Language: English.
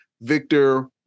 Victor